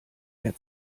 mehr